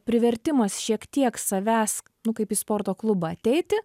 privertimas šiek tiek savęs nu kaip į sporto klubą ateiti